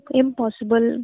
impossible